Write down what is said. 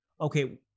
Okay